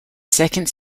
second